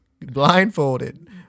blindfolded